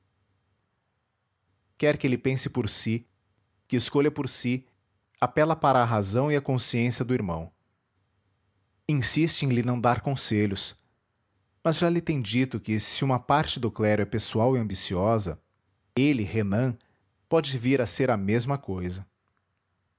quer que ele pense por si que escolha por si apela para a razão e a consciência do irmão insiste em lhe não dar conselhos mas já lhe tem dito que se uma parte do clero é pessoal e ambiciosa ele renan pode vir a ser a mesma cousa